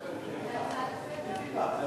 זה הצעה לסדר-היום?